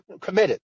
committed